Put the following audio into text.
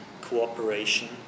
cooperation